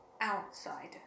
outside